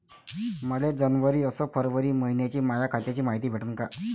मले जनवरी अस फरवरी मइन्याची माया खात्याची मायती भेटन का?